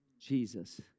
Jesus